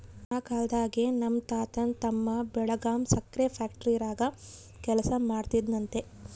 ಆ ಕಾಲ್ದಾಗೆ ನಮ್ ತಾತನ್ ತಮ್ಮ ಬೆಳಗಾಂ ಸಕ್ರೆ ಫ್ಯಾಕ್ಟರಾಗ ಕೆಲಸ ಮಾಡ್ತಿದ್ನಂತೆ